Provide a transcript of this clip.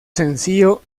sencillo